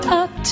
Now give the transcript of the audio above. up